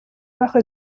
sache